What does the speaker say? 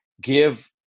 give